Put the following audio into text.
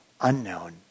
unknown